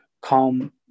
calm